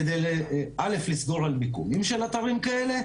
כדי ראשית, לסגור על מיקומים של אתרים אלה,